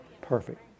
Perfect